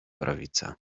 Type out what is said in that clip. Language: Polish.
prawica